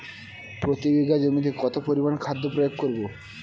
প্রতি বিঘা জমিতে কত পরিমান খাদ্য প্রয়োগ করব?